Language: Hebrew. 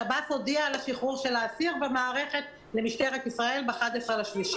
שב"ס הודיע על השחרור של האסיר במערכת למשטרת ישראל ב-11.3.